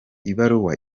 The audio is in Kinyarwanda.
ibaruwa